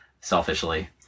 selfishly